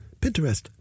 Pinterest